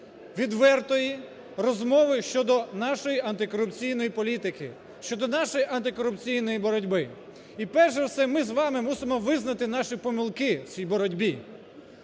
відвертої розмови щодо нашої антикорупційної політики, щодо нашої антикорупційної боротьби. І перш за все ми з вами мусимо визнати наші помилки в цій боротьбі.